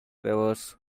favours